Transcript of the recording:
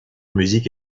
musique